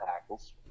tackles